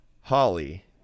Holly